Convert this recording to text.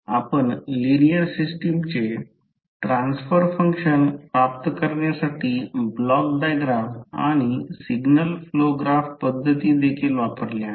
आपण लिनिअर सिस्टमचे transfer function प्राप्त करण्यासाठी ब्लॉक डायग्राम आणि सिग्नल फ्लो ग्राफ पद्धती देखील वापरल्या आहेत